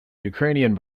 ukrainian